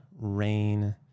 rain